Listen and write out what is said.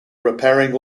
repairing